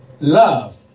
Love